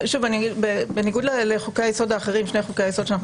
בניגוד לשני חוקי-היסוד האחרים שאנחנו